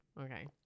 Okay